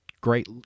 great